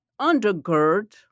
undergird